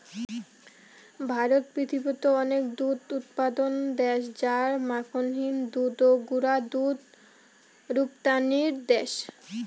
ভারত পৃথিবীত অনেক দুধ উৎপাদন দ্যাশ আর মাখনহীন দুধ ও গুঁড়া দুধ রপ্তানির দ্যাশ